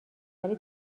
ولی